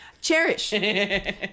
Cherish